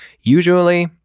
Usually